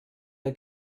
der